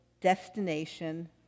destination